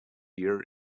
year